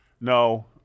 no